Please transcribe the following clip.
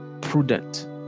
prudent